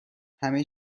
همه